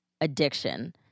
addiction